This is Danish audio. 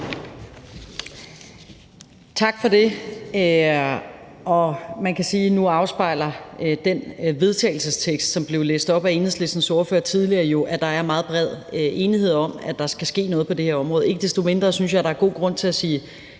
Tak for det. Man kan sige, at nu afspejler den vedtagelsestekst, som blev læst op af Enhedslistens ordfører tidligere, jo, at der er meget bred enighed om, at der skal ske noget på det her område. Ikke desto mindre synes jeg, der er god grund til at sige